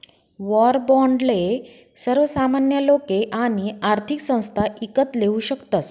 war बाॅन्डले सर्वसामान्य लोके आणि आर्थिक संस्था ईकत लेवू शकतस